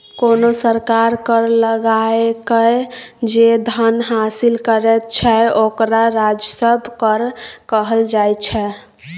कोनो सरकार कर लगाकए जे धन हासिल करैत छै ओकरा राजस्व कर कहल जाइत छै